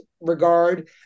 regard